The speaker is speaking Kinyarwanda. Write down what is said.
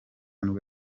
nibwo